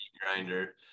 grinder